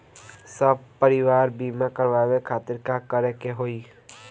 सपरिवार बीमा करवावे खातिर का करे के होई?